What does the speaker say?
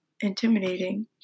intimidating